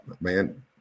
man